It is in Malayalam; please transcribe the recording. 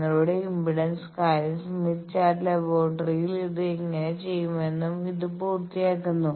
നിങ്ങളുടെ ഇംപെഡൻസ് കാര്യം സ്മിത്ത് ചാർട്ട് ലബോറട്ടറിയിൽ ഇത് എങ്ങനെ ചെയ്യാമെന്നത് ഇത് പൂർത്തിയാക്കുന്നു